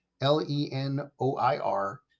L-E-N-O-I-R